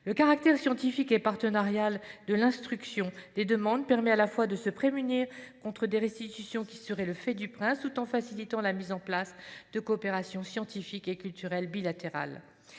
Le caractère scientifique et partenarial de l'instruction des demandes permet à la fois de se prémunir contre des restitutions qui seraient le fait du prince tout en facilitant la mise en place de coopérations scientifiques et culturelles bilatérales.